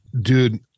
dude